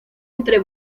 entre